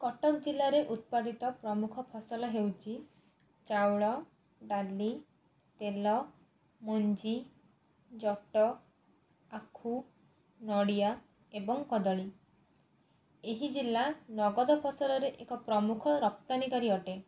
କଟକ ଜିଲ୍ଲାରେ ଉତ୍ପାଦିତ ପ୍ରମୁଖ ଫସଲ ହେଉଛି ଚାଉଳ ଡାଲି ତେଲ ମଞ୍ଜି ଜଟ ଆଖୁ ନଡ଼ିଆ ଏବଂ କଦଳୀ ଏହି ଜିଲ୍ଲା ନଗଦ ଫସଲରେ ଏକ ପ୍ରମୁଖ ରପ୍ତାନିକାରୀ ଅଟେ